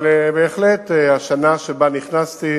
אבל בהחלט השנה שבה נכנסתי,